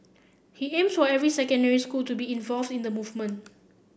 he aims for every secondary school to be involved in the movement